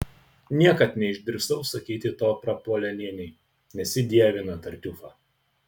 niekad neišdrįsau sakyti to prapuolenienei nes ji dievina tartiufą